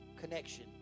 connection